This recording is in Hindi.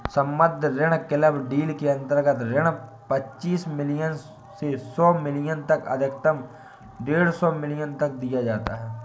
सम्बद्ध ऋण क्लब डील के अंतर्गत ऋण पच्चीस मिलियन से सौ मिलियन तक अधिकतम डेढ़ सौ मिलियन तक दिया जाता है